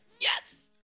Yes